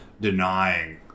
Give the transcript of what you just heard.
denying